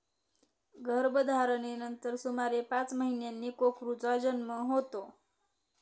गर्भधारणेनंतर सुमारे पाच महिन्यांनी कोकरूचा जन्म होतो